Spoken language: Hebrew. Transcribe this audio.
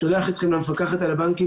אני שולח אתכם למפקחת על הבנקים.